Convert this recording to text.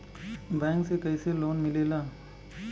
Bank से कइसे loan मिलेला?